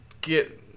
get